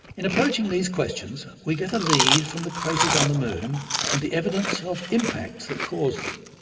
in approaching these questions we get a lead from the craters on the moon and the evidence of impacts that caused them.